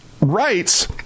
rights